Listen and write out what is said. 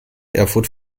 erfurt